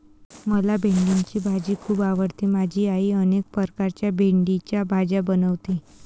मला भेंडीची भाजी खूप आवडते माझी आई अनेक प्रकारच्या भेंडीच्या भाज्या बनवते